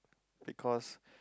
because